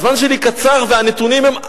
הזמן שלי קצר והנתונים הם,